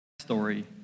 story